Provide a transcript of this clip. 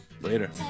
Later